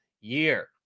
year